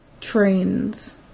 Trains